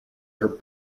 her